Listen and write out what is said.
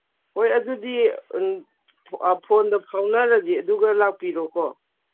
ꯍꯣꯏ ꯑꯗꯨꯗꯤ ꯐꯣꯟꯗ ꯄꯥꯎꯅꯔꯁꯤ ꯑꯗꯨꯒ ꯂꯥꯛꯄꯤꯔꯣꯀꯣ